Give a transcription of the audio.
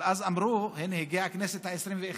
אבל אז אמרו: הינה, הגיעה הכנסת העשרים-ואחת,